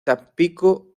tampico